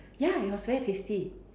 ya it was very tasty